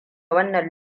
wannan